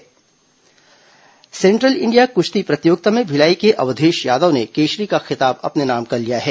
कृश्ती प्रतियोगिता central India कुश्ती प्रतियोगिता में भिलाई के अवधेश यादव ने केशरी का खिताब अपने नाम कर लिया है